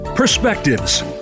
Perspectives